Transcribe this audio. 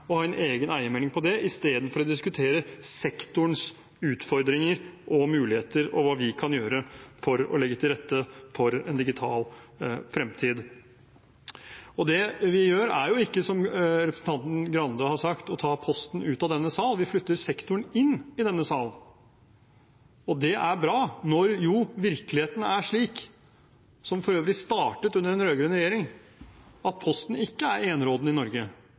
og ha en egen eiermelding om det istedenfor å diskutere sektorens utfordringer og muligheter og hva vi kan gjøre for å legge til rette for en digital fremtid. Det vi gjør, er ikke, som representanten Grande har sagt, å ta Posten ut av denne sal. Vi flytter sektoren inn i denne sal. Det er bra, når virkeligheten er slik – noe som for øvrig startet under den rød-grønne regjeringen – at Posten ikke er enerådende i Norge,